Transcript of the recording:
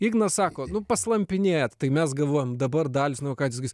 ignas sako nu paslampinėjat tai mes galvojam dabar dalius nu ką sakys